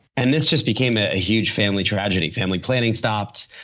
and this just became a huge family tragedy. family planning stopped,